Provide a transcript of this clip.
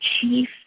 Chief